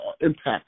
impact